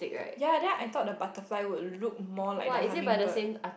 ya then I thought the butterfly will look more like a hummingbird